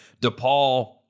DePaul